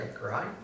right